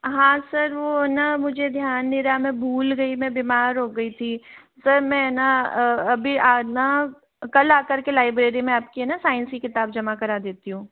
हाँ सर वो ना मुझे ध्यान नहीं रहा मैं भूल गई मैं बीमार हो गई थी सर मैं न अभी आज न कल आकर के लाइब्रेरी में आपकी है न साइंस की किताब जमा करा देती हूँ